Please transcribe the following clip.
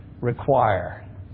require